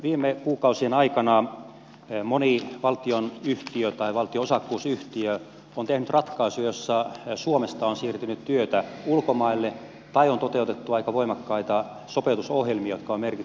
viime kuukausien aikana moni valtionyhtiö tai valtion osakkuusyhtiö on tehnyt ratkaisuja joissa suomesta on siirtynyt työtä ulkomaille tai on toteutettu aika voimakkaita sopeutusohjelmia jotka ovat merkinneet työttömyyttä